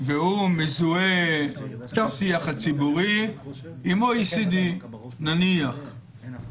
והוא מזוהה בשיח הציבורי עם OECD. בשוק